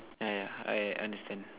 yeah yeah I understand